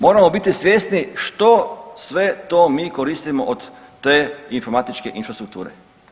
Moramo biti svjesni što sve to mi koristimo od te informatičke infrastrukture.